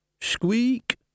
Squeak